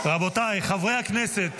רבותיי, חברי הכנסת